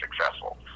successful